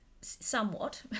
somewhat